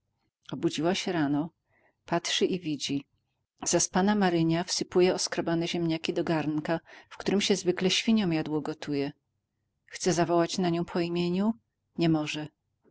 obudziła się rano patrzy i widzi zaspana maryna wsypuje oskrobane ziemniaki do garnka w którym się zwykle świniom gotuje chce zawołać na nią po imieniu nie może